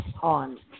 on